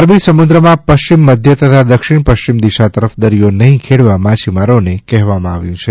અરબી સમુદ્ર માં પશ્ચિમ મધ્ય તથા દક્ષિણ પશ્ચિમ દિશા તરફ દરિયો નહીં ખેડવા માછીમારો ને કહેવાયું છે